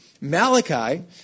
Malachi